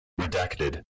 Redacted